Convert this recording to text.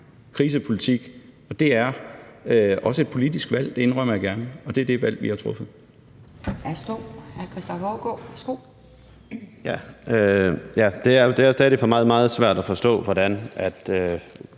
krisepolitik, og det er også et politisk valg – det indrømmer jeg gerne – og det er det valg, vi har truffet.